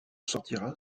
sortira